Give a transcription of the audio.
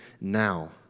now